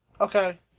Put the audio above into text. Okay